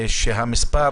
שהמספר